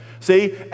See